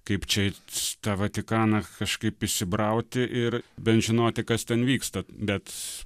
kaip čia its tą vatikaną kažkaip įsibrauti ir bent žinoti kas ten vyksta bet